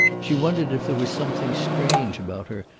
she wondered if there was something strange about her,